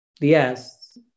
Yes